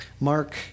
Mark